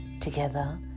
Together